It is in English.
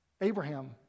Abraham